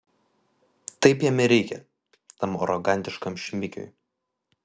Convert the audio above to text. taip jam ir reikia tam arogantiškam šmikiui